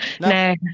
No